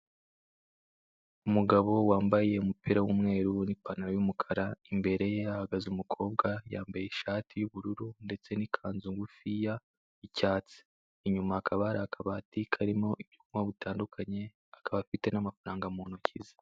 Umugabo wambaye umupira w'umweru n'ipantaro y'umukara, imbere ye hahagaze umukobwa, yambaye ishati y'ubururu ndetse n'ikanzu ngufiya y'icyatsi, inyuma hakaba hari akabati karimo ibyo kunywa bitandukanye, akaba afite n'amafaranga mu ntoki ze.